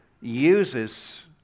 uses